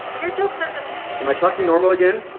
your jokes are just. am i talking normal again?